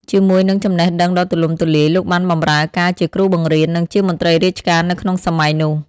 ជាមួយនឹងចំណេះដឹងដ៏ទូលំទូលាយ លោកបានបម្រើការជាគ្រូបង្រៀន និងជាមន្ត្រីរាជការនៅក្នុងសម័យនោះ។